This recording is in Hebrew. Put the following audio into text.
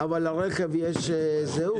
לרכב יש זהות?